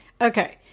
Okay